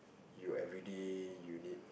you everyday you need